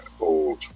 Old